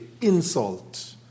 insult